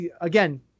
again